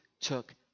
took